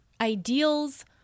ideals